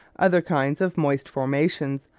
other kinds of moist formations,